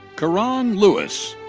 kuron lewis.